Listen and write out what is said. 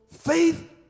faith